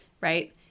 Right